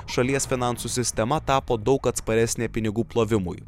šalies finansų sistema tapo daug atsparesnė pinigų plovimui